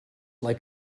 like